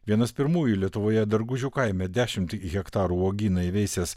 vienas pirmųjų lietuvoje dargužių kaime dešimt hektarų uogyną įveisęs